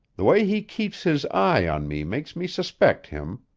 the way he keeps his eye on me makes me suspect him.